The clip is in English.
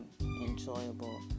enjoyable